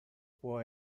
può